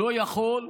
לא יכול,